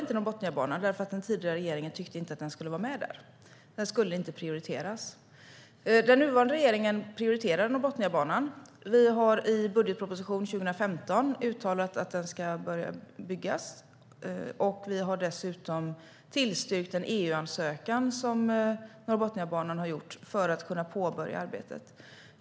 Den tidigare regeringen tyckte inte att Norrbotniabanan skulle vara med i den nationella planen eftersom den inte skulle prioriteras. Den nuvarande regeringen prioriterar Norrbotniabanan. I budgetpropositionen för 2015 uttalade vi att den ska börja byggas. Vi har dessutom tillstyrkt en EU-ansökan som gäller Norrbotniabanan för att man ska kunna påbörja arbetet.